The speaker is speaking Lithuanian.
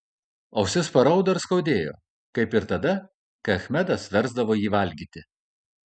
ausis paraudo ir skaudėjo kaip ir tada kai achmedas versdavo jį valgyti